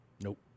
Nope